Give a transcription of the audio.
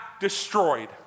destroyed